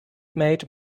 made